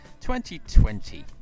2020